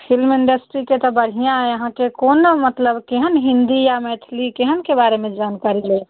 film इण्डस्ट्रीके तऽ बढ़िआँ अइ अहाँकेँ कोन मतलब केहन हिन्दी या मैथली केहनके बारेमे जानकारी लेब